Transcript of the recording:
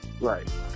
Right